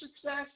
success